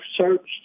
searched